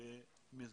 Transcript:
בעלייה מאתיופיה.